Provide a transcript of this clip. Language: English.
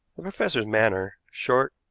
the professor's manner, short,